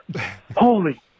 holy